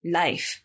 life